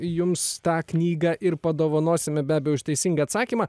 jums tą knygą ir padovanosime be abejo už teisingą atsakymą